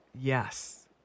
yes